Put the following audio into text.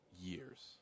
years